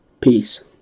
Peace